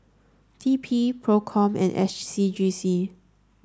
T P PROCOM and S C G C